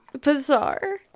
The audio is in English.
bizarre